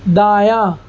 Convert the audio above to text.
دایاں